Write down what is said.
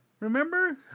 Remember